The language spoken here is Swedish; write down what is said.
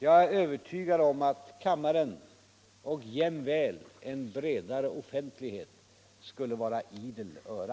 Jag är övertygad om att kammaren och jämväl en bredare offentlighet skulle vara idel öra.